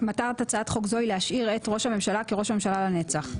מטרת הצעת חוק זו היא להשאיר את ראש הממשלה כראש הממשלה לנצח.